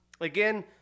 Again